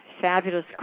fabulous